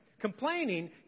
Complaining